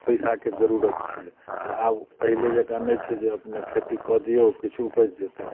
पैसाके जरूरत छै आब पहिले जकाँ नहि छै जे अपने खेती कऽ दियौ किछु उपजि जेतै